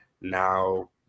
now